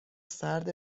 سرد